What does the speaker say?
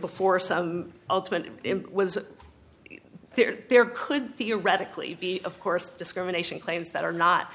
before some ultimate was there could theoretically be of course discrimination claims that are not